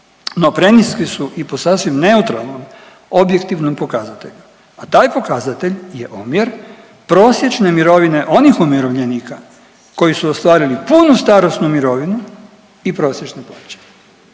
no preniske su i po sasvim neutralnom objektivnom pokazatelju, a taj pokazatelj je omjer prosječne mirovine onih umirovljenika koji su ostvarili punu starosnu mirovinu i prosječne plaće.